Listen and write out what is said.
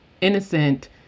innocent